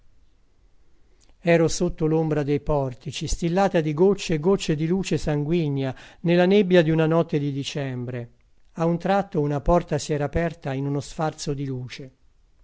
ero sotto l'ombra dei portici stillata di goccie e goccie di luce sanguigna ne la nebbia di una notte di dicembre a un tratto una porta si era aperta in uno sfarzo di luce